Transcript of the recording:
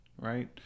right